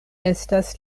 estas